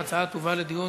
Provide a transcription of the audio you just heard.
ההצעה תובא לדיון,